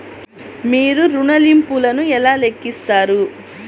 మీరు ఋణ ల్లింపులను ఎలా లెక్కిస్తారు?